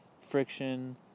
friction